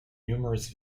numerous